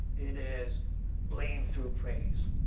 it is blame through praise.